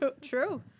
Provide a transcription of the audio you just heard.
True